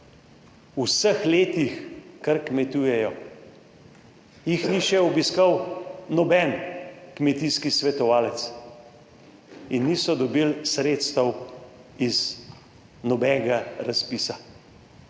vseh letih, kar kmetujejo, jih ni še obiskal noben kmetijski svetovalec in niso dobili sredstev iz nobenega razpisa.